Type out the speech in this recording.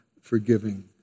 forgiving